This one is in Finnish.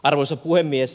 arvoisa puhemies